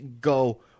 go